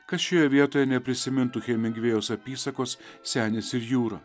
kas šioje vietoje neprisimintų hemingvėjaus apysakos senis ir jūra